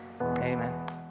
Amen